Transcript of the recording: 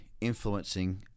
influencing